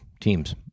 teams